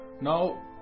Now